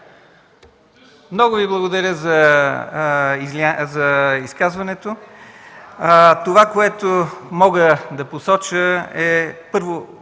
много Ви благодаря за изказването. Това, което мога да посоча, е, първо,